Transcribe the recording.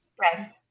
Right